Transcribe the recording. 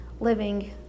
living